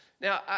Now